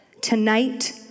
Tonight